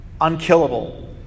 unkillable